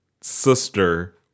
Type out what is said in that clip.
sister